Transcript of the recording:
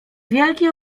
wielki